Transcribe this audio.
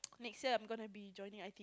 next year I'm gonna be joining I_T_E